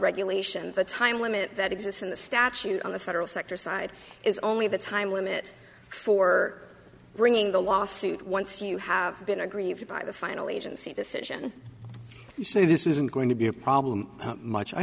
regulation the time limit that exists in the statute on the federal sector side is only the time limit for bringing the lawsuit once you have been aggrieved by the final agency decision you say this isn't going to be a problem how much i